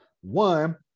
One